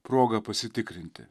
proga pasitikrinti